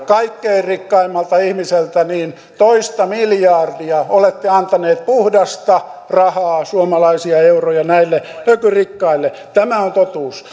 kaikkein rikkaimmalta ihmiseltä niin toista miljardia olette antanut puhdasta rahaa suomalaisia euroja näille ökyrikkaille tämä on totuus